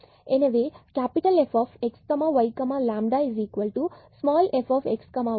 எனவே Fxyλfxyλϕxy